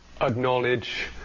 acknowledge